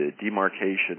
demarcation